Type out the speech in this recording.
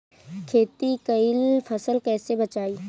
खेती कईल फसल कैसे बचाई?